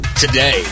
today